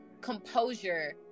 composure